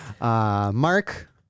Mark